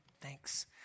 Thanks